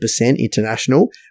international